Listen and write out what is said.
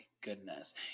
goodness